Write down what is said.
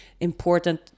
important